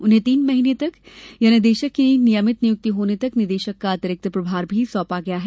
उन्हें तीन महीने तक या निदेशक की नियमित नियुक्ति होने तक निदेशक का अतिरिक्त प्रभार भी सौंपा गया है